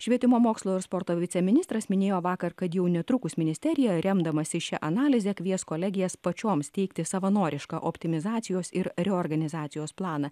švietimo mokslo ir sporto viceministras minėjo vakar kad jau netrukus ministerija remdamasi šia analize kvies kolegijas pačioms teikti savanorišką optimizacijos ir reorganizacijos planą